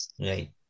Right